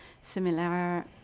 similar